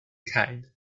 kind